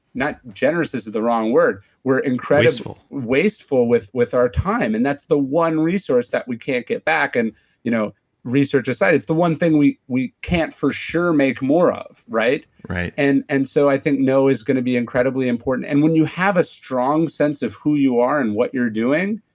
generous is the wrong word. we're incredibly wasteful with with our time, and that's the one resource that we can't get back. and you know research aside, it's the one thing we we can't for sure make more ah of. right? right and and so i think no is going to be incredibly important, and when you have a strong sense of who you are and what you're doing,